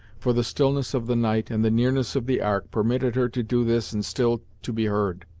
for the stillness of the night, and the nearness of the ark, permitted her to do this and still to be heard